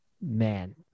man